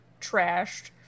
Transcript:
trashed